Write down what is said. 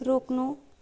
रोक्नु